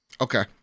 Okay